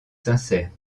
sincère